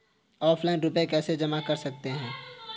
Offline रुपये कैसे जमा कर सकते हैं?